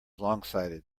longsighted